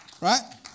Right